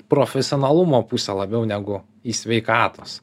profesionalumo pusę labiau negu į sveikatos